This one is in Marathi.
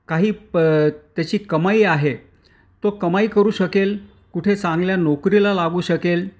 काही प त्याची कमाई आहे तो कमाई करू शकेल कुठे चांगल्या नोकरीला लागू शकेल